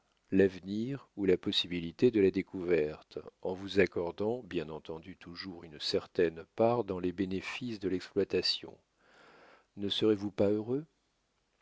l'avenir ou la possibilité de la découverte en vous accordant bien entendu toujours une certaine part dans les bénéfices de l'exploitation ne serez-vous pas heureux